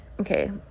Okay